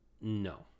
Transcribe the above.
No